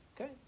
Okay